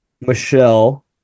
Michelle